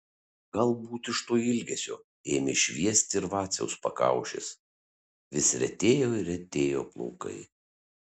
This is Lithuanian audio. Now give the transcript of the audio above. galbūt iš to ilgesio ėmė šviesti ir vaciaus pakaušis vis retėjo ir retėjo plaukai